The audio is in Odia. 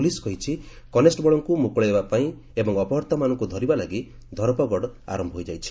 ପୁଲିସ୍ କହିଛି କନେଷ୍ଟବଳକୁ ମୁକୁଳେଇବା ପାଇଁ ଏବଂ ଅପହର୍ତ୍ତାମାନଙ୍କୁ ଧରିବା ଲାଗି ଧରପକଗଡ଼ ଆରମ୍ଭ ହୋଇଯାଇଛି